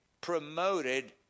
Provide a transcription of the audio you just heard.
promoted